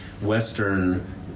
Western